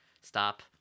stop